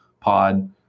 pod